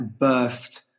birthed